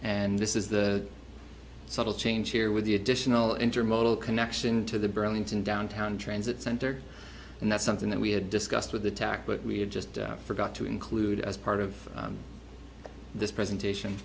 and this is the subtle change here with the additional intermodal connection to the burlington downtown transit center and that's something that we had discussed with attack but we have just forgot to include as part of this presentation